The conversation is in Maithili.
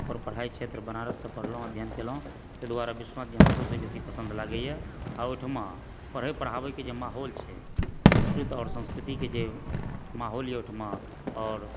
ओकर पढ़ाइ क्षेत्र बनारससँ पढलहुँ अध्ययन केलहुँ ताहि दुआरे विश्वनाथ जी हमरा सबसँ बेसी पसन्द लागैया आ ओहिठुमा पढ़य पढ़ाबैके जे माहौल छै संस्कृत आओर संस्कृतिके जे माहौल यऽ ओहिठुमा आओर